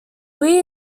wye